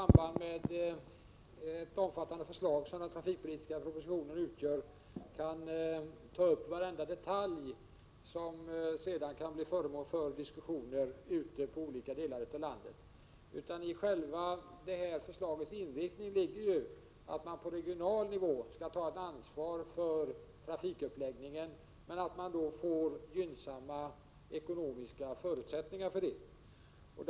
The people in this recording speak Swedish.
Herr talman! Den trafikpolitiska propositionen är omfattande. Den tar upp varenda detalj, som sedan kan bli föremål för diskussioner i olika delar av landet. I själva förslagets inriktning ligger att man på regional nivå skall ta ansvar för trafikens uppläggning, och man skall få gynnsamma ekonomiska förutsättningar för detta.